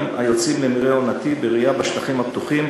היוצאים למרעה עונתי ברעייה בשטחים הפתוחים.